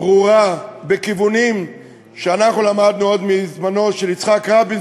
ברורה בכיוונים שאנחנו למדנו עוד מזמנו של יצחק רבין,